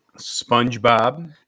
SpongeBob